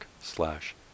slash